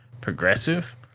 Progressive